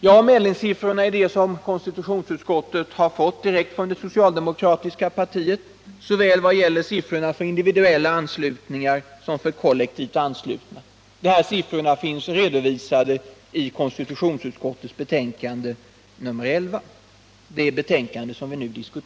Ja, medlemssiffrorna är de som konstitutionsutskottet fått del av direkt från det socialdemokratiska partiet, såväl vad gäller siffrorna för individuella anslutningar som vad gäller siffrorna för kollektivt anslutna.